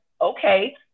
okay